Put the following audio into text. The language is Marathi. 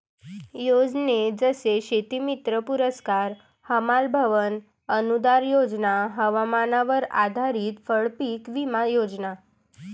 योजने जसे शेतीमित्र पुरस्कार, हमाल भवन अनूदान योजना, हवामानावर आधारित फळपीक विमा योजना